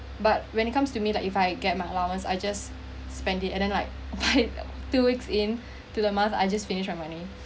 but when it comes to me like if I get my allowance I just spend it and then like two weeks into the month I just finished my money